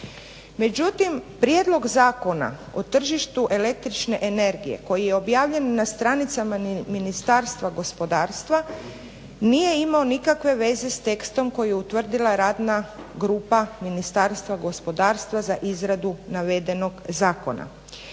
Međutim, Prijedlog zakona o tržištu električne energije koji je objavljen na stranicama Ministarstva gospodarstva nije imao nikakve veze s tekstom koji je utvrdila radna grupa Ministarstva gospodarstva za izradu navedenog zakona.